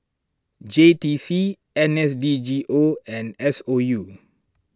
J T C N S D G O and S O U